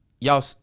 y'all